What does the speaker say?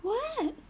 what